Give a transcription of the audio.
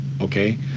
Okay